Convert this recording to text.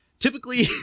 Typically